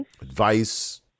advice